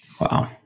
Wow